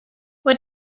what